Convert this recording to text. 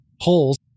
holes